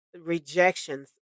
rejections